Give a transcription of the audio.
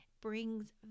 brings